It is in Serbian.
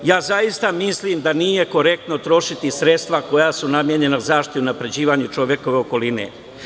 Zaista mislim da nije korektno trošiti sredstva koja su namenjena zaštiti i unapređivanju čovekove okoline.